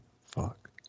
Fuck